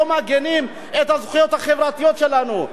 לא מגינים על הזכויות החברתיות שלנו?